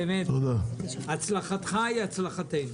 הצלחתך היא הצלחתנו.